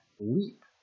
leap